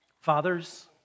Fathers